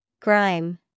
Grime